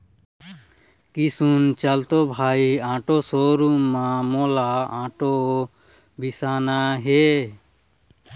किसुन चल तो भाई आटो शोरूम म मोला आटो बिसाना हे